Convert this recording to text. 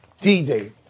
DJ